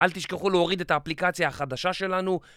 אל תשכחו להוריד את האפליקציה החדשה שלנו